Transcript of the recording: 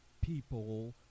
people